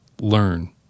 Learn